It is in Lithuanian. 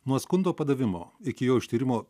nuo skundo padavimo iki jo ištyrimo